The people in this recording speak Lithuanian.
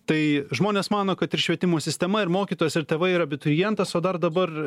tai žmonės mano kad ir švietimo sistema ir mokytojas ir tėvai ir abiturientas o dar dabar